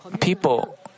people